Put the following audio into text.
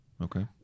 Okay